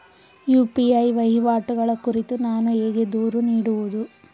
UPI ವಹಿವಾಟುಗಳ ಕುರಿತು ನಾನು ಹೇಗೆ ದೂರು ನೀಡುವುದು?